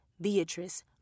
Beatrice